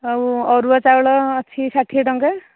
ଆଉ ଅରୁଆ ଚାଉଳ ଅଛି ଷାଠିଏ ଟଙ୍କା